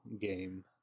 game